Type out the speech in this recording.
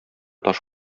таш